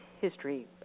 history